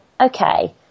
okay